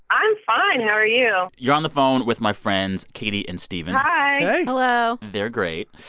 i'm fine. how are you? you're on the phone with my friends katie and stephen hi hey hello they're great.